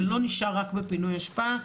זה לא נשאר רק בפינוי אשפה,